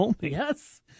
Yes